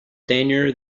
tenure